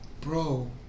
bro